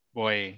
boy